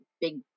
big